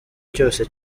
cyose